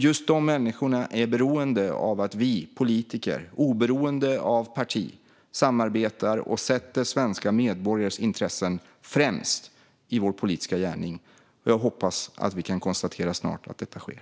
Just de människorna är beroende av att vi politiker, oberoende av parti, samarbetar och sätter svenska medborgares intressen främst i vår politiska gärning. Jag hoppas att vi snart kan konstatera att detta sker.